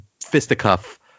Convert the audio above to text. fisticuff